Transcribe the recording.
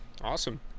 awesome